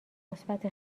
مثبت